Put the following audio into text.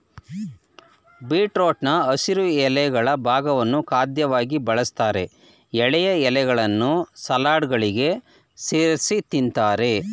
ಬೀಟ್ರೂಟ್ನ ಹಸಿರು ಎಲೆಗಳ ಭಾಗವನ್ನು ಖಾದ್ಯವಾಗಿ ಬಳಸ್ತಾರೆ ಎಳೆಯ ಎಲೆಗಳನ್ನು ಸಲಾಡ್ಗಳಿಗೆ ಸೇರ್ಸಿ ತಿಂತಾರೆ